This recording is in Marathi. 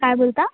काय बोलता